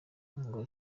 ngo